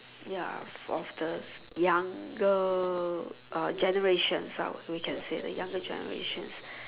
ya fosters younger uh generations ah we can say younger generations